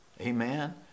Amen